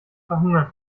verhungern